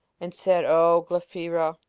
and said, o glaphyra!